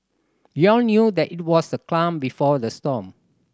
we all knew that it was the calm before the storm